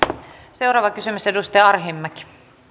seuraava kysymys edustaja arhinmäki